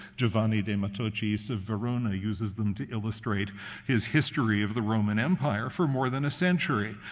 giovanni de matociis of verona, uses them to illustrate his history of the roman empire for more than a century.